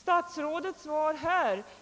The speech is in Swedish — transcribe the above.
Statsrådets svar